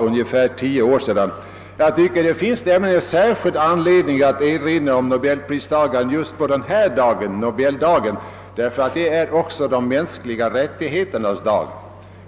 ungefär tio år sedan. Det finns särskild anledning att erinra om nobelpristagaren just på den här dagen, Nobeldagen, därför att det också är de mänskliga rättigheternas dag.